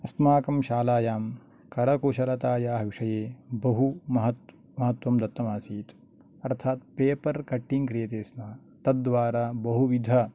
अस्माकं शालायां करकुशलतायाः विषये बहु मह महत्त्वं दत्तम् आसीत् अर्थात् पेपर् कटिङ्ग् क्रियते स्म तद्वारा बहुविध